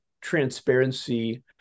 transparency